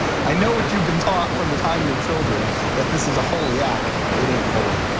i know what you've been taught from the time you're children that this is a holy act, it ain't holy.